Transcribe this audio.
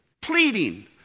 pleading